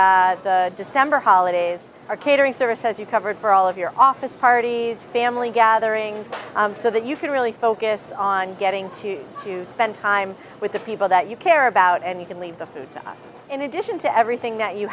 december holidays or catering service has you covered for all of your office parties family gatherings so that you can really focus on getting to to spend time with the people that you care about and you can leave the food in addition to everything that you